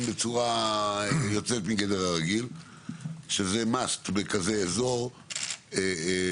בצורה יוצאת מגדר הרגיל שזה "מאסט" בכזה אזור ולכן,